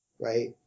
right